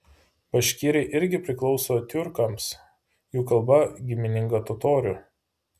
baškirai irgi priklauso tiurkams jų kalba gimininga totorių